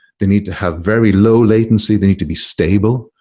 they need to have very low latency. they need to be stable.